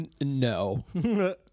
No